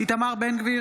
איתמר בן גביר,